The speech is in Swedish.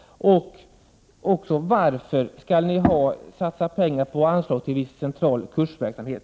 Varför skall socialdemokraterna satsa pengar på viss central kursverksamhet?